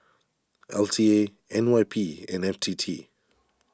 L T A N Y P and F T T